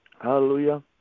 Hallelujah